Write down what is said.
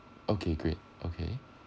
okay great okay